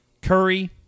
Curry